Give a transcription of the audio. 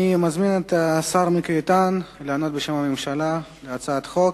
אני מזמין את השר מיקי איתן לענות בשם הממשלה להצעת החוק.